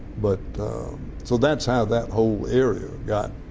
but so that's how that whole area got